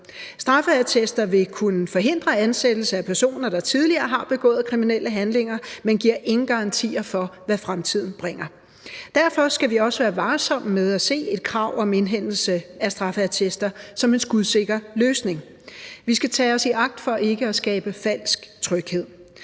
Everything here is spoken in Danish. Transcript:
Straffeattester vil kunne forhindre ansættelse af personer, der tidligere har begået kriminelle handlinger, men giver ingen garantier for, hvad fremtiden bringer. Derfor skal vi også være varsomme med at se et krav om indhentelse af straffeattester som en skudsikker løsning. Vi skal tage os i agt for ikke at skabe falsk tryghed.